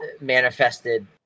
manifested